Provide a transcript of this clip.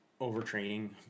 overtraining